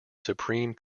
supreme